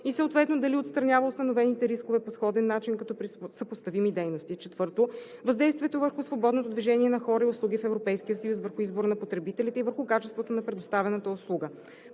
и съответно дали отстранява установените рискове по сходен начин като при съпоставими дейности; 4. въздействието върху свободното движение на хора и услуги в Европейския съюз, върху избора на потребителите и върху качеството на предоставяната услуга;